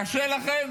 קשה לכם?